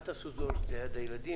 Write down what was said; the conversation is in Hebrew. אל תעשו את זה ליד הילדים,